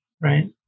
right